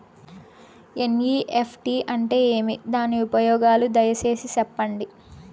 NEFT అంటే ఏమి? దాని ఉపయోగాలు దయసేసి సెప్పండి?